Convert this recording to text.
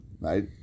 right